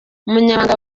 umunyamabanga